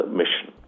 mission